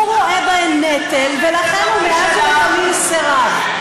הוא רואה בהן נטל, ולכן הוא מאז ומתמיד סירב.